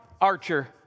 archer